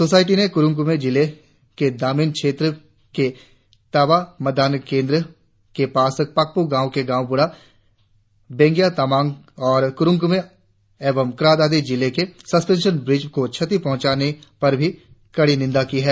society ने कुरुंग कुमे जिले के दामिन क्षेत्र के ताबा मतदान केंद्र के पास पाकप्र गांव के गांव बुढ़ा बेंगीय तामांग और कुरुंग कुमे एवं क्रा दादी जिले के संस्पेंशन ब्रीज को क्षति पहुंचाने पर भी कड़ी निंदा की है